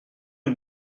est